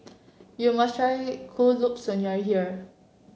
you must try Kuih Lopes when you are here